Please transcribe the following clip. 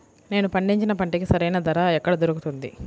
నేను పండించిన పంటకి సరైన ధర ఎక్కడ దొరుకుతుంది?